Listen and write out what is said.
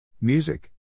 Music